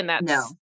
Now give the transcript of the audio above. No